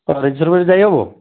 ରିଜର୍ବ୍ରେ ଯାଇ ହେବ